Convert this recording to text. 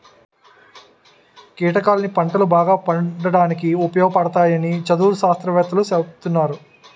కీటకాలన్నీ పంటలు బాగా పండడానికి ఉపయోగపడతాయని చదువులు, శాస్త్రవేత్తలూ సెప్తున్నారు